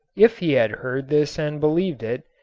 if he had heard this and believed it,